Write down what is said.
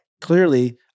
clearly